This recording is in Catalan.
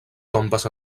tombes